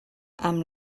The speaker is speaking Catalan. amb